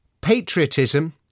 Patriotism